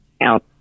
out